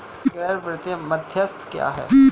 गैर वित्तीय मध्यस्थ क्या हैं?